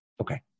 Okay